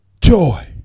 Joy